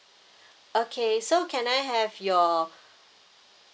okay so can I have your